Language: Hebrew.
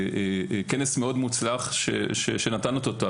כנס מאוד מוצלח שנתן אותותיו.